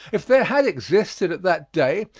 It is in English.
if there had existed at that day,